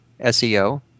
SEO